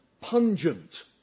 pungent